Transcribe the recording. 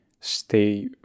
stay